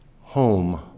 Home